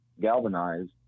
galvanized